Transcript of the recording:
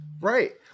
Right